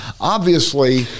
obviously-